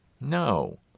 No